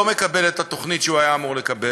לא מקבל את התוכנית שהוא היה אמור לקבל.